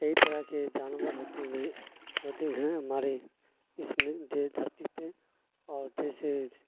کئی طرح کے جانور رہتے ہیں ہوتے ہیں ہمارے اس میں دھرتی پہ اور جیسے